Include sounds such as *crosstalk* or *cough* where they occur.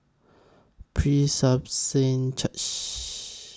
*unintelligible* Church